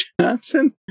Johnson